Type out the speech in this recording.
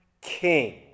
King